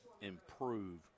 improve